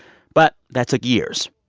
but that took years.